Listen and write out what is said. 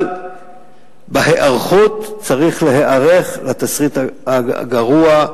אבל בהיערכות צריך להיערך לתסריט הגרוע,